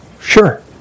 Sure